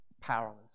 powerless